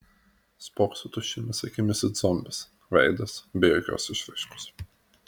spokso tuščiomis akimis it zombis veidas be jokios išraiškos